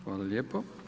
Hvala lijepo.